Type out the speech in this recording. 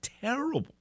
terrible